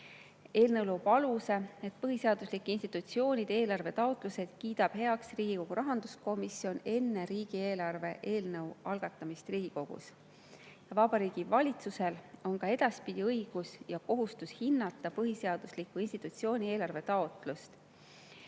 loob aluse, et põhiseaduslike institutsioonide eelarvetaotlused kiidab heaks Riigikogu rahanduskomisjon enne riigieelarve eelnõu algatamist Riigikogus. Vabariigi Valitsusel on ka edaspidi õigus ja kohustus hinnata põhiseaduslike institutsioonide eelarvetaotlusi.